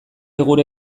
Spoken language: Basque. gure